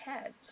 heads